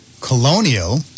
colonial